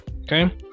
Okay